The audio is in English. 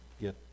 get